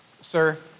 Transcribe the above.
Sir